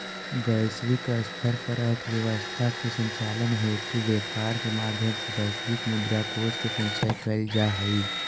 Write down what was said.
वैश्विक स्तर पर अर्थव्यवस्था के संचालन हेतु व्यापार के माध्यम से वैश्विक मुद्रा कोष के संचय कैल जा हइ